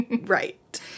Right